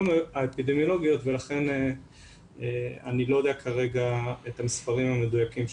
האפידמיולוגיות ולכן אני לא יודע כרגע את המספרים המדויקים.